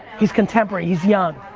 he's contemporary, he's young.